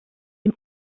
dem